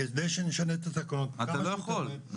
כדי שנשנה את התקנות --- אתה לא יכול,